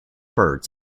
birds